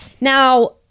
Now